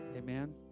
Amen